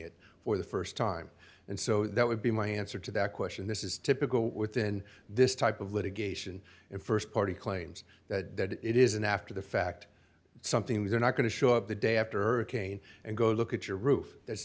it for the st time and so that would be my answer to that question this is typical within this type of litigation and st party claims that it isn't after the fact something they're not going to show up the day after hurricane and go look at your roof that's